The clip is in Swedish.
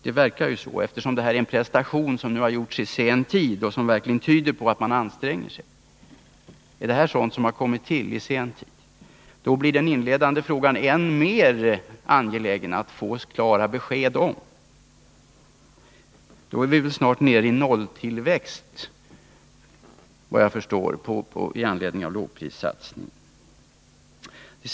Det verkar så, eftersom denna prestation gjorts så sent. Men det tyder på att man verkligen ansträngt sig. I så fall är det ännu angelägnare att få klara besked när det gäller min inledande fråga. Såvitt jag förstår är vi snart nere på en nolltillväxt i anledning av lågprissatsningen.